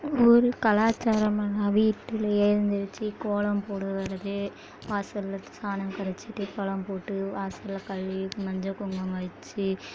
ஊர் கலாசாரமனால் வீட்டில் எழுந்திரிச்சு கோலம் போடுவது வாசலில் சாணம் கரைச்சிட்டு கோலம் போட்டு வாசலில் கழுவி மஞ்சள் குங்குமம் வச்சு